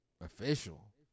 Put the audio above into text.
official